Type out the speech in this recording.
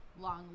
Long